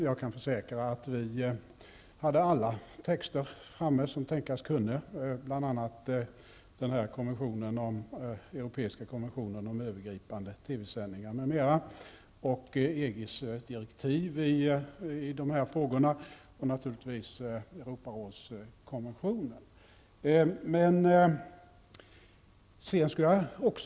Jag kan försäkra att vi hade alla texter framme som tänkas kunde, bl.a. TV-sändningar m.m., EGs direktiv i dessa frågor och naturligtvis även Europarådskonventionen.